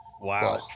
Wow